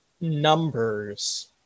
numbers